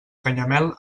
canyamel